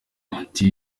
ati